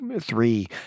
three